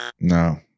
no